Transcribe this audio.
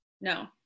no